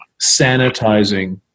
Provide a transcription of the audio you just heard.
sanitizing